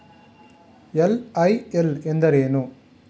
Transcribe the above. LIL ಎಂದರೇನು?